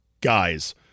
guys